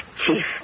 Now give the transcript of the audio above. Chief